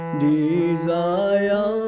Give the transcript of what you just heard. desire